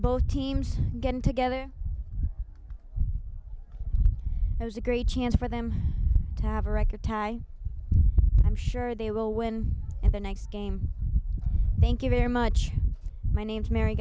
both teams getting together it was a great chance for them to have a record tie i'm sure they will win the next game thank you very much my name's mary